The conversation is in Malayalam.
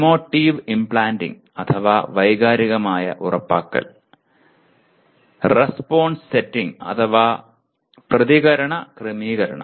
ഇമോറ്റീവ് ഇംപ്ലാന്റിംഗ് അഥവാ വൈകാരികമായ ഉറപ്പാക്കൽ റെസ്പോൺസ് സെറ്റിങ് അഥവാ പ്രതികരണ ക്രമീകരണം